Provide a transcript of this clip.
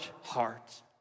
heart